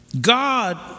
God